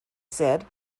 said